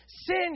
Sin